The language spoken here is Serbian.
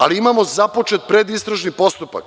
Ali, imamo započet predistražni postupak.